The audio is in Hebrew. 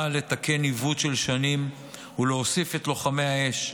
באה לתקן עיוות של שנים ולהוסיף את לוחמי האש,